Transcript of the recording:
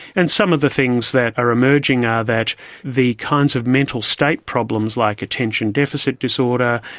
and some of the things that are emerging are that the kinds of mental state problems like attention deficit disorder,